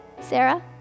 Sarah